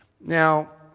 Now